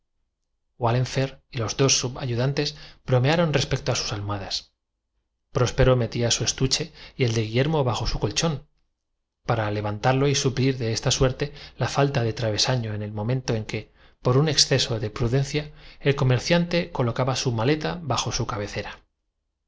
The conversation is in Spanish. menor tes bromearon respecto de sus almohadas próspero metía su estuche grito y el de guillermo bajo su colchón para levantarlo y suplir de esta suerte la falta de travesaño en el momento en que por un exceso de prudencia el comerciante colocaba su maleta bajo su cabecera